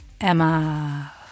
Emma